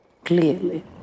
clearly